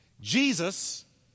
Jesus